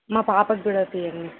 మా పాపకి కూడా తీయ్యండి